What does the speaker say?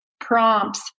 prompts